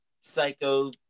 psycho